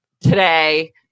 today